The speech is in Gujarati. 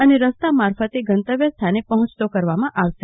અને રસ્તા મારફતે ગતવ્ય સ્થાને પહોંચતો કરવામાં આવશે